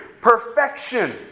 Perfection